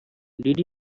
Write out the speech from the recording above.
did